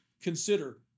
consider